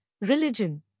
religion